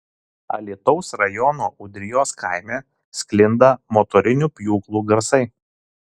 alytaus rajono ūdrijos kaime sklinda motorinių pjūklų garsai